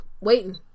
waiting